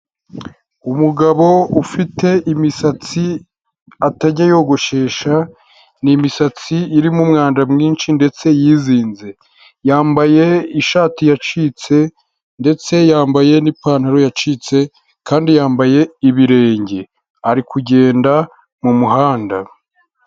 Umugabo ufite imisatsi atajya yogoshesha ni imisatsi irimo umwanda mwinshi ndetse yizinze, yambaye ishati yacitse ndetse yambaye n'ipantaro yacitse kandi yambaye ibirenge ari kugenda mu muhanda.